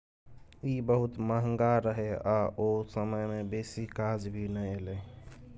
ई बहुत महंगा रहे आ ओ समय में बेसी काज भी नै एले